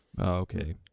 okay